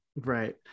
right